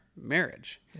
marriage